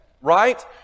right